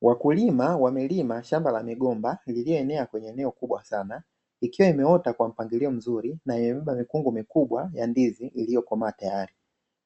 Wakulima wamelima shamba la migomba lililoenea kwenye eneo kubwa sana, ikiwa imeota kwa mpangilio mzuri na imebeba mikungu mikubwa ya ndizi iliyokomaa tayari.